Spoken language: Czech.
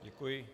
Děkuji.